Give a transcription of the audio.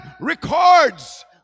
records